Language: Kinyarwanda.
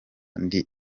ndi